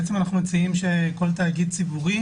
אנחנו מציעים שכל תאגיד ציבורי